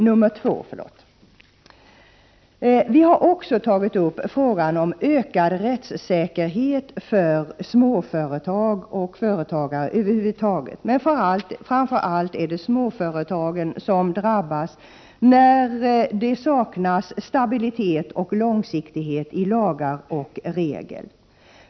Folkpartiet har också tagit upp frågan om ökad rättssäkerhet för småföretag och företagare över huvud taget. Framför allt är det småföretagen som drabbas när det saknas stabilitet och långsiktighet i lagar och regler.